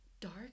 dark